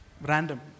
random